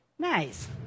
nice